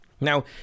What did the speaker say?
Now